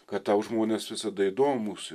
kad tau žmonės visada įdomūs